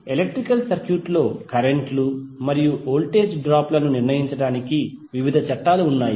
electrical circuit లో current లు మరియు వోల్టేజ్ డ్రాప్ లను నిర్ణయించడానికి వివిధ చట్టాలు ఉన్నాయి